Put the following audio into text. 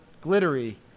glittery